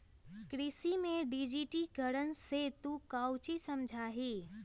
कृषि में डिजिटिकरण से तू काउची समझा हीं?